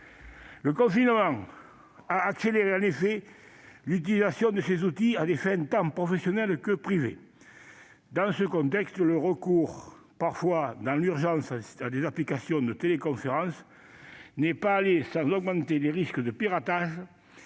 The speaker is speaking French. le confinement a accéléré l'utilisation de ces outils, à des fins tant professionnelles que privées. Dans ce contexte, le recours, parfois dans l'urgence, à des applications de téléconférence n'est pas allé sans augmenter les risques de piratage,